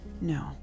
no